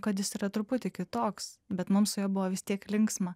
kad jis yra truputį kitoks bet mums su juo buvo vis tiek linksma